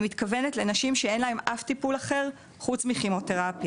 אני מתכוונת לנשים שאין להן אף טיפול אחר חוץ מכימותרפיה,